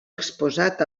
exposat